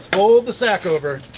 fold the sack over.